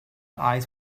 eyes